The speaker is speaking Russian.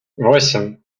восемь